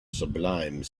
sublime